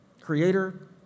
creator